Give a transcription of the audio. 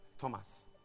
Thomas